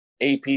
AP